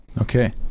Okay